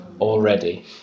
already